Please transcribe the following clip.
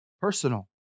personal